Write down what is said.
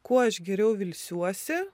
kuo aš geriau ilsiuosi